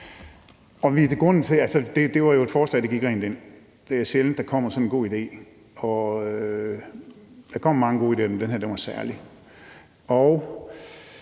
Det var jo et forslag, der gik rent ind. Det er sjældent, at der kommer så god en idé. Der kommer mange gode idéer, men den her var særlig.